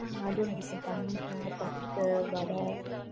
ஆ அதுவும் இருக்குது சமோசா பப்ஸு வடை